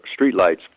streetlights